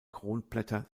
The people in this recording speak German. kronblätter